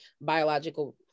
biological